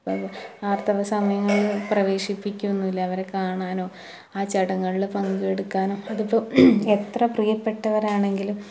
അപ്പം ആര്ത്തവസമയങ്ങളിൽ പ്രവേശിപ്പിക്കുന്നുമില്ലവരെ കാണാനോ ആ ചടങ്ങുകളിൽ പങ്കെടുക്കാനോ അതിപ്പോൾ എത്ര പ്രിയപ്പെട്ടവരാണെങ്കിലും